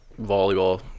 volleyball